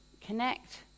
connect